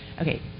Okay